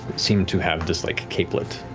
seem to have this like capelet.